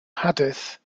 hadith